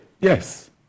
Yes